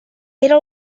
era